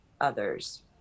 others